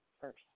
first